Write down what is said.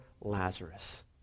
Lazarus